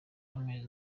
amezi